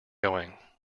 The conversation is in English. going